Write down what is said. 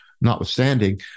notwithstanding